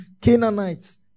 Canaanites